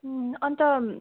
उम् अन्त